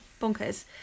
bonkers